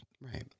Right